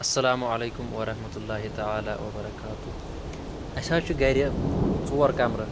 اَسَلامُ علیکُم وَرحمتُہ اللہ تعالیٰ وَبَرکاتہ اَسہِ حظ چھِ گَرِ ژور کَمرٕ